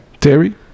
Terry